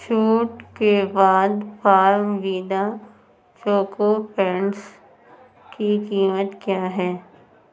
چھوٹ کے بعد فارم ویدا چوکو پینٹس کی قیمت کیا ہے